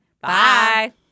Bye